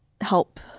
help